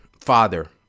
father